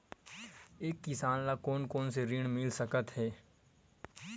एक किसान ल कोन कोन से ऋण मिल सकथे?